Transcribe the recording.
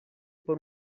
por